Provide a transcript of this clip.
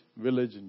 village